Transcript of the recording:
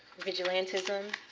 vigilantism,